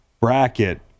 bracket